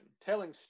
telling